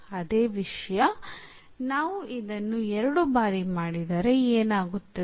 ಅದೇ ವಿಷಯ ನಾವು ಇದನ್ನು ಎರಡು ಬಾರಿ ಮಾಡಿದರೆ ಏನಾಗುತ್ತದೆ